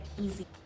easy